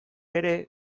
ere